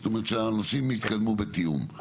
זאת אומרת שהנושאים יתקיימו בתיאום.